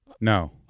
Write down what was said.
No